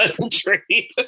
country